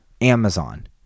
Amazon